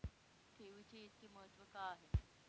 ठेवीचे इतके महत्व का आहे?